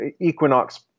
Equinox